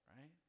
right